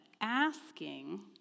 asking